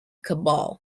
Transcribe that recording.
cabal